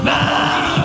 Now